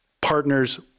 partners